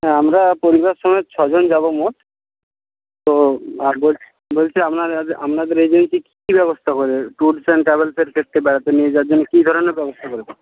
হ্যাঁ আমরা পরিবার সমেত ছজন যাব মোট তো আর বলছি বলছি আপনাদের এজেন্সি কী কী ব্যবস্থা করে ট্যুরস অ্যান্ড ট্রাভেলসের ক্ষেত্রে বেড়াতে নিয়ে যাওয়ার জন্য কী ধরনের ব্যবস্থা করে